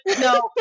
no